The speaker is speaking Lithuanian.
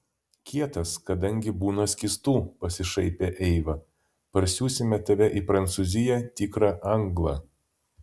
kietas kadangi būna skystų pasišaipė eiva parsiųsime tave į prancūziją tikrą anglą